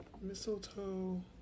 Mistletoe